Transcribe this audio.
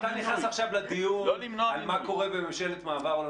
אתה נכנס עכשיו לדיון על מה קורה בממשלת מעבר.